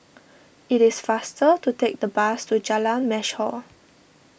it is faster to take the bus to Jalan Mashhor